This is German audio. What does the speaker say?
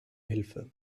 hilfe